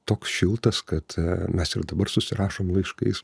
toks šiltas kad mes ir dabar susirašom laiškais